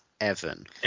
Evan